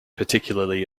particularly